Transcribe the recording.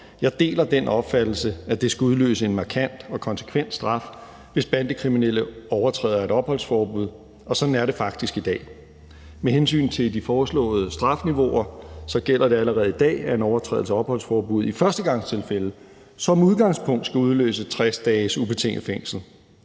Jeg deler den opfattelse, at det skal udløse en markant og konsekvent straf, hvis bandekriminelle overtræder et opholdsforbud, og sådan er det faktisk i dag. Med hensyn til de foreslåede strafniveauer gælder det allerede i dag, at en overtrædelse af opholdsforbuddet i førstegangstilfælde som udgangspunkt skal udløse 60 dages ubetinget fængsel.